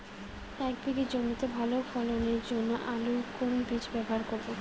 এক বিঘে জমিতে ভালো ফলনের জন্য আলুর কোন বীজ ব্যবহার করব?